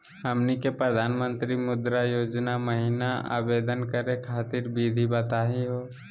हमनी के प्रधानमंत्री मुद्रा योजना महिना आवेदन करे खातीर विधि बताही हो?